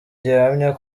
gihamya